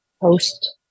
post